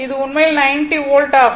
இது உண்மையில் 90 வோல்ட் ஆகும்